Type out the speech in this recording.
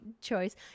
choice